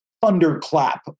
thunderclap